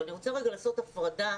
אני רוצה רגע לעשות הפרדה